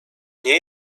nie